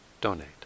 donate